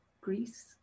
Greece